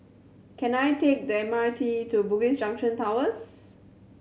can I take the M R T to Bugis Junction Towers